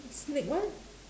sneak what